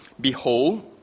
Behold